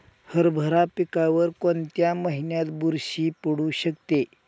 हरभरा पिकावर कोणत्या महिन्यात बुरशी पडू शकते?